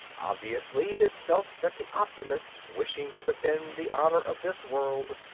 obviously, it is felt that the optimist, wishing to defend the honour of this world,